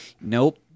Nope